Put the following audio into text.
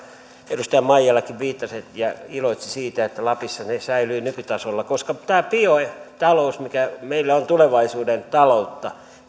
edustaja maijalakin viittasi ja iloitsi siitä että lapissa ne säilyvät nykytasolla koska tämä biotalous mikä meillä on tulevaisuuden taloutta